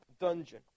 dungeon